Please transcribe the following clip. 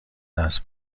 دست